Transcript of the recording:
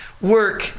work